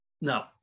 no